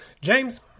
James